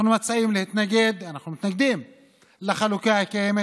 מתנגדים לחלוקה הקיימת.